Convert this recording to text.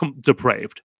depraved